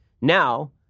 Now